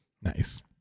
nice